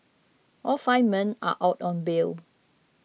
all five men are out on bail